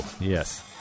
yes